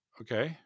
okay